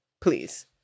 please